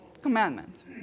Commandments